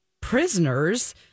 prisoners